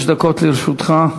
חמש דקות לרשותך.